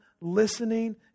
listening